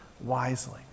wisely